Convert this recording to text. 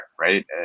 right